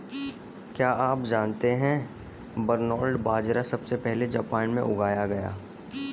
क्या आप जानते है बरनार्ड बाजरा सबसे पहले जापान में उगाया गया